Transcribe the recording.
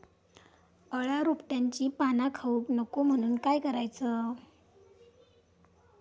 अळ्या रोपट्यांची पाना खाऊक नको म्हणून काय करायचा?